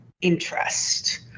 interest